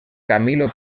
camilo